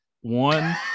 one